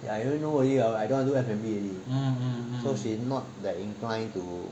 ya I already know already I don't want to do F&B already so she not that inclined to